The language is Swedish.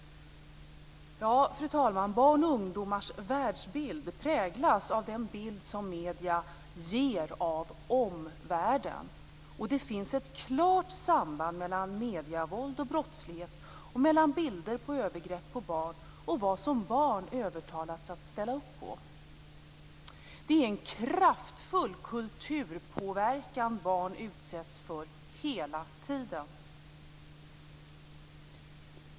Fru talman! Barn och ungdomars världsbild präglas av den bild som medierna ger av omvärlden. Och det finns ett klart samband mellan medievåld och brottslighet och mellan bilder på övergrepp på barn och vad som barn övertalats att ställa upp på. Det är en kraftfull kulturpåverkan som barn utsätts för hela tiden.